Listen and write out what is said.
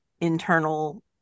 internal